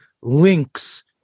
links